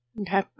Okay